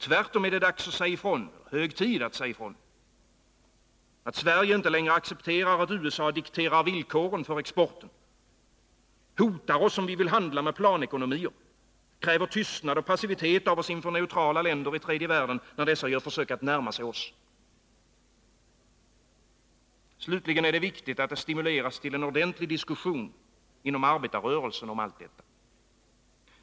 Tvärtom är det hög tid att säga ifrån att Sverige inte längre accepterar att USA dikterar villkoren för exporten, hotar oss om vi vill handla med planekonomier och kräver tystnad och passivitet av oss inför neutrala länder i tredje världen, när dessa gör försök att närma sig OSS. Slutligen är det viktigt att det stimuleras till en ordentlig diskussion inom arbetarrörelsen om allt detta.